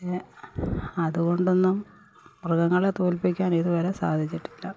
പക്ഷെ അതുകൊണ്ടൊന്നും മൃഗങ്ങളെ തോൽപ്പിക്കാൻ ഇതുവരെ സാധിച്ചിട്ടില്ല